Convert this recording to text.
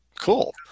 Cool